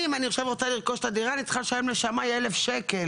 אני אם אני עכשיו רוצה לרכוש את הדירה אני צריכה לשלם לשמאי 1,000 שקל,